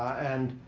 and